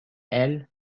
elle